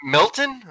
Milton